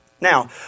Now